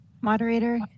Moderator